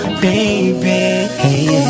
baby